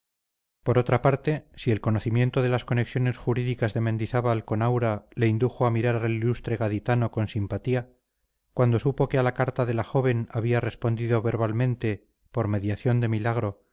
por otra parte si el conocimiento de las conexiones jurídicas de mendizábal con aura le indujo a mirar al ilustre gaditano con simpatía cuando supo que a la carta de la joven había respondido verbalmente por mediación de milagro